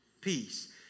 Peace